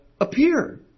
appear